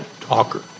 talker